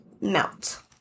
melt